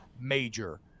Major